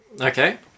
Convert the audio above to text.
Okay